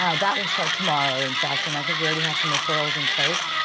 ah that will start tomorrow, in fact. and i think we already have some referrals in place.